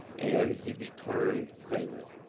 and he declined payment.